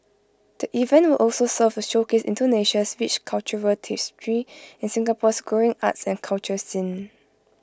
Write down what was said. the event will also serve to showcase Indonesia's rich cultural tapestry and Singapore's growing arts and culture scene